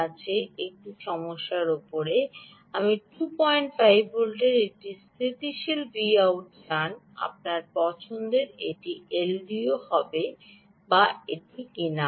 আছে একটি সমস্যা রয়েছে আপনি 25 ভোল্টের একটি স্থিতিশীল Vout চান আপনার পছন্দটি এটি এলডিও হবে বা এটি কিনা